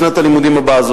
בשנת הלימודים הבאה.